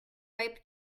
ripe